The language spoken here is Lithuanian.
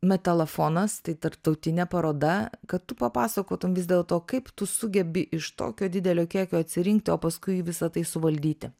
metalofonas tai tarptautinė paroda kad tu papasakotum vis dėlto kaip tu sugebi iš tokio didelio kiekio atsirinkti o paskui visa tai suvaldyti